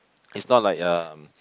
it's not like um